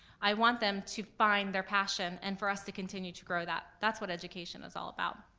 i want them to find their passion, and for us to continue to grow that. that's what education is all about.